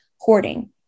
Hoarding